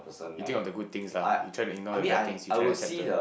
you think of the good things lah you try to ignore the bad things you try to accept the